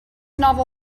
novel